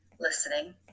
listening